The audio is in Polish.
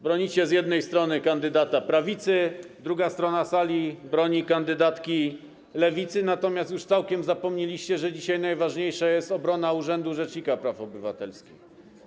Bronicie z jednej strony kandydata prawicy, druga strona sali broni kandydatki lewicy, natomiast już całkiem zapomnieliście, że dzisiaj najważniejsza jest obrona urzędu rzecznika praw obywatelskich.